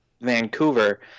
Vancouver